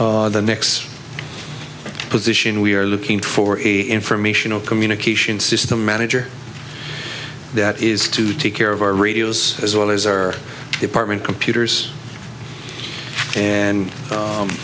the next position we are looking for a informational communication system manager that is to take care of our radios as well as our department computers and